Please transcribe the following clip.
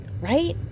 right